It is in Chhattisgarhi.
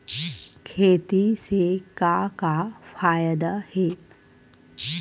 खेती से का का फ़ायदा हे?